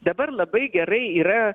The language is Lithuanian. dabar labai gerai yra